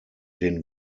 den